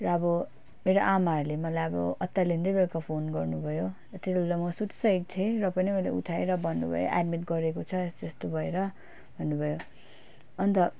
र अब मेरो आमाहरूले मलाई अब अत्तालिँदै बेलुका फोन गर्नुभयो त्यतिबेला म सुतिसकेको थिएँ र पनि मैले उठाएँ र भन्नुभयो एड्मिट गरेको छ यस्तो यस्तो भएर भन्नुभयो अन्त